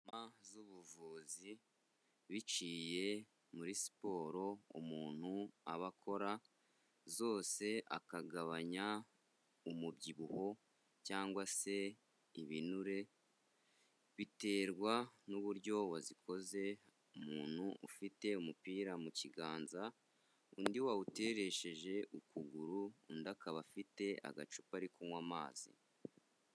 Z'ubuvuzi biciye muri siporo umuntu aba akora zose akagabanya umubyibuho cyangwa se ibinure biterwa n'uburyo wazikoze, umuntu ufite umupira mu kiganza undi wawuteresheje ukuguru undi akaba afite agacupa ari kunywa amazi.